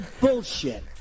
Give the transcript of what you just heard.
bullshit